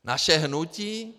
Naše hnutí?